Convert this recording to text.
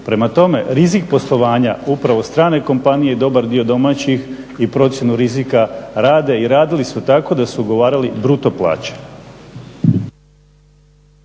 Prema tome, rizik poslovanja upravo strane kompanije i dobar dio domaćih i procjenu rizika rade i radili su tako da su ugovarali bruto plaće.